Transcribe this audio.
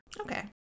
Okay